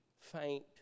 faint